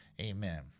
Amen